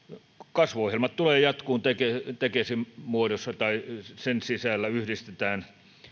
kasvuohjelmat tulevat jatkumaan tekesin tekesin muodossa tai sen sisällä yhdistetään